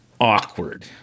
Awkward